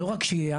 לא רק כיעד,